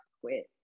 quit